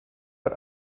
but